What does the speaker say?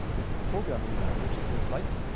the programming language, if you like,